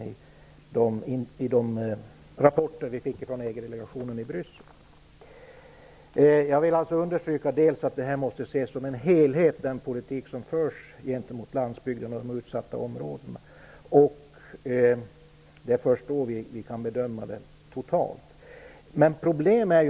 Det sades i de rapporter vi fick från EG-delegationen i Bryssel. Jag vill understryka att den politik som förs gentemot landsbygden och de utsatta områdena måste ses som en helhet. Det är först då vi kan bedöma den totala situationen.